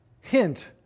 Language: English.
hint